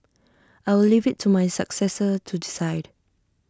I will leave IT to my successor to decide